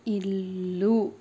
ఇల్లు